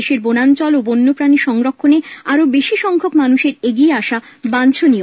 দেশের বনাঞ্চল ও বন্যপ্রাণী সংরক্ষণে আরো বেশী সংখ্যক মানুষের এগিয়ে আসা বাঞ্ছনীয়